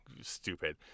stupid